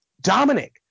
Dominic